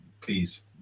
please